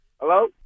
Hello